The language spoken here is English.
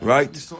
Right